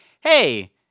hey